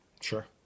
Sure